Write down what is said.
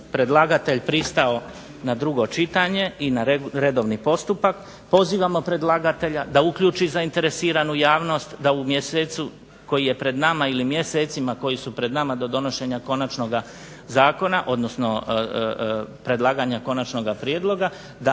predlagatelj pristao na drugo čitanje i na redovni postupak. Pozivamo predlagatelja da uključi zainteresiranu javnost da u mjesecu koji je pred nama ili mjesecima koji su pred nama do donošenja konačnoga zakona, odnosno predlaganja konačnoga prijedloga da